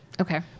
Okay